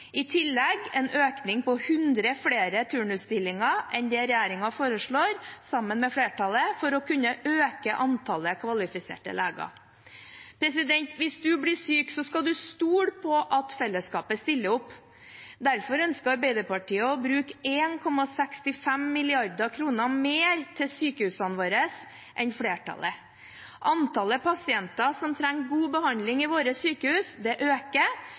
i spesialisering og i tillegg en økning på 100 flere turnusstillinger enn det regjeringen foreslår – sammen med flertallet – for å kunne øke antallet kvalifiserte leger. Hvis en blir syk, skal en stole på at fellesskapet stiller opp. Derfor ønsker Arbeiderpartiet å bruke 1,65 mrd. kr mer til sykehusene våre enn flertallet. Antallet pasienter som trenger god behandling i våre sykehus, øker, mens bevilgningene ikke gjør det.